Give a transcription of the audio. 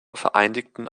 vereinigten